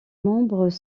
membres